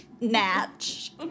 Match